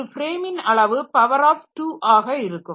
ஒரு ஃப்ரேமின் அளவு பவர் ஆப் 2 ஆக இருக்கும்